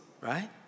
right